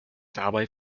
dabei